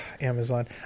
Amazon